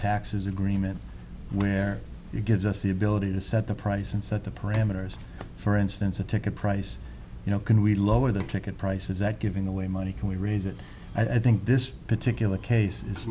taxes agreement where you gives us the ability to set the price and set the parameters for instance a ticket price you know can we lower the ticket prices that giving away money can we raise it i think this particular case is